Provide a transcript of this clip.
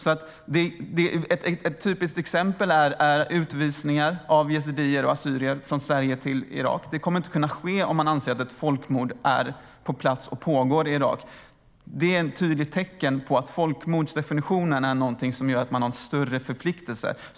Ett typiskt exempel är utvisningar av yazidier och assyrier från Sverige till Irak. Det kommer inte att kunna ske om man anser att ett folkmord är på plats och pågår i Irak. Det är ett tydligt tecken på att folkmordsdefinitionen är någonting som gör att man har en större förpliktelse.